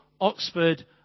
Oxford